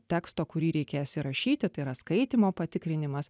teksto kurį reikės įrašyti tai yra skaitymo patikrinimas